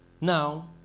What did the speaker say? now